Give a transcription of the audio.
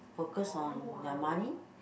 focus on their money